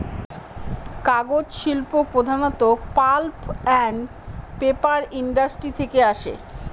কাগজ শিল্প প্রধানত পাল্প আন্ড পেপার ইন্ডাস্ট্রি থেকে আসে